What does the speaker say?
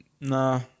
Nah